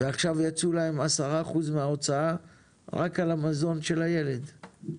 ועכשיו יצאו להם 10% מההכנסה רק על המזון של הילד,